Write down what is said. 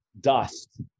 dust